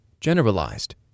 generalized